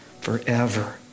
forever